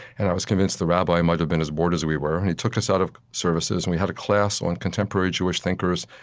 and i was convinced the rabbi might have been as bored as we were. and he took us out of services, and we had a class on contemporary jewish thinkers,